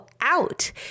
out